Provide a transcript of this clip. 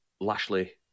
Lashley